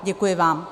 Děkuji vám.